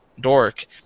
dork